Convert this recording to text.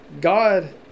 God